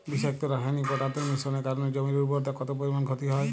বিষাক্ত রাসায়নিক পদার্থের মিশ্রণের কারণে জমির উর্বরতা কত পরিমাণ ক্ষতি হয়?